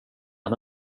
han